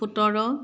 সোতৰ